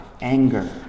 anger